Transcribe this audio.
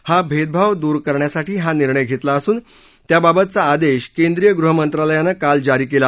हा भेदभाव द्र करण्यासाठी हा निर्णय घेतला असून त्याबाबतचा आदेश केंद्रीय गृहमंत्रालयानं काल जारी केला